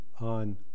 on